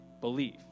believe